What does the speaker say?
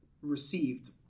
received